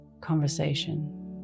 conversation